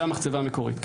זה המחצבה המקורית.